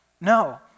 No